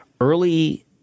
Early